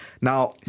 Now